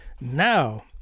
now